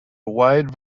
wide